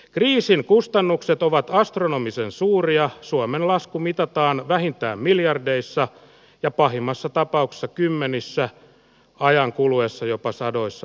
kriisin kustannukset ovat astronomisen suuria suomen lasku mitataan vähintään miljardeissa ja pahimmassa tapauksessa kymmenissä ajan kuluessa jopa sadoissa